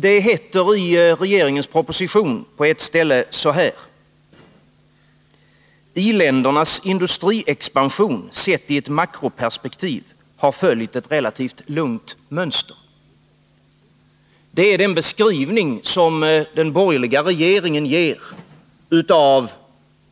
Det heter på ett ställe i regeringens proposition: ”I-ländernas industriexpansion sett i ett makroperspektiv har följt ett relativt lugnt mönster.” Harmoni och ett lugnt mönster — det är den borgerliga regeringens beskrivning av